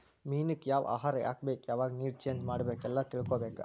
ಮೇನಕ್ಕ ಯಾವ ಆಹಾರಾ ಹಾಕ್ಬೇಕ ಯಾವಾಗ ನೇರ ಚೇಂಜ್ ಮಾಡಬೇಕ ಎಲ್ಲಾ ತಿಳಕೊಬೇಕ